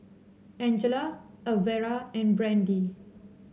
Angela Alvera and Brandee